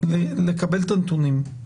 לקבל את הנתונים.